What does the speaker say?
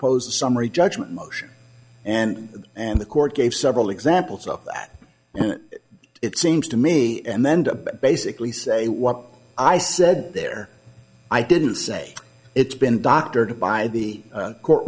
pose a summary judgment motion and and the court gave several examples of that it seems to me and then to basically say what i said there i didn't say it's been doctored by the court